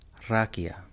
Rakia